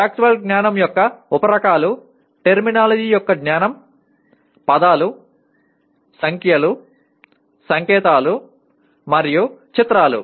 factual జ్ఞానం యొక్క ఉప రకాలు టెర్మినాలజీ యొక్క జ్ఞానం పదాలు సంఖ్యలు సంకేతాలు మరియు చిత్రాలు